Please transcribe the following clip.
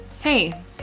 Hey